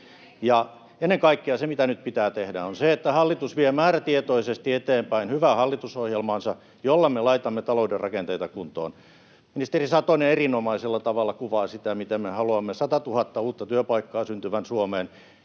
ennen kaikkea: se, mitä nyt pitää tehdä, on se, että hallitus vie määrätietoisesti eteenpäin hyvää hallitusohjelmaansa, jolla me laitamme talouden rakenteita kuntoon. Ministeri Satonen erinomaisella tavalla kuvaa sitä, miten me haluamme synnyttää 100 000 uutta työpaikkaa Suomeen.